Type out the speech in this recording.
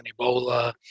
Ebola